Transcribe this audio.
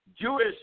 Jewish